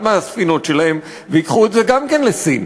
מהספינות שלהם וייקחו גם את זה לסין.